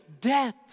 death